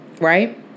Right